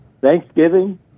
Thanksgiving